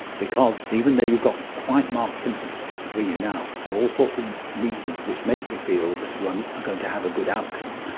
because even though you've got quite marked symptoms of schizophrenia now, there are all sorts of reasons which make me feel that you're and ah going to have a good outcome.